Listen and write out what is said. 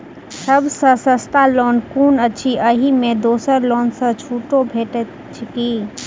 सब सँ सस्ता लोन कुन अछि अहि मे दोसर लोन सँ छुटो भेटत की?